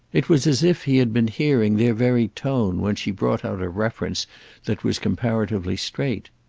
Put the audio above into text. it was as if he had been hearing their very tone when she brought out a reference that was comparatively straight.